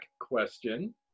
question